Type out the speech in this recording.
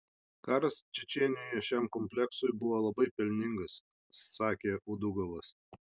karas čečėnijoje šiam kompleksui buvo labai pelningas sakė udugovas